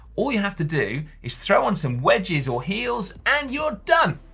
all you have to do is throw on some wedges or heels and you're done!